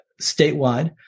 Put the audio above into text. statewide